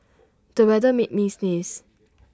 the weather made me sneeze